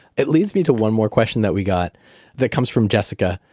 it leads me to one more question that we got that comes from jessica,